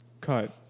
cut